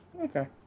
Okay